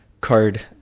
card